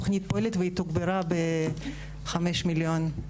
התוכנית פועלת והיא תוגברה בחמישה מיליון נוספים.